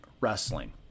Wrestling